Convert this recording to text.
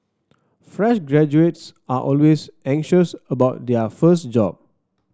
fresh graduates are always anxious about their first job